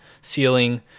ceiling